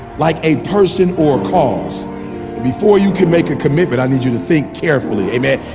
like a person or cause before you can make a commitment i need you to think carefully amen.